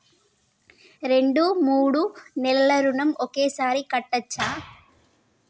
రెండు మూడు నెలల ఋణం ఒకేసారి కట్టచ్చా?